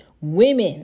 Women